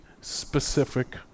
specific